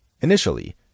Initially